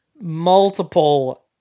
multiple